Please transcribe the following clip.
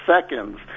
seconds